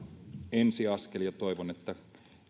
ensiaskel toivon että